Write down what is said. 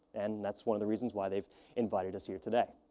and that's one of the reasons why they've invited us here today.